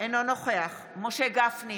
אינו נוכח משה גפני,